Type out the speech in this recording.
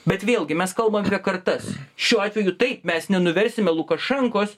bet vėlgi mes kalbam apie kartas šiuo atveju taip mes nenuversime lukašenkos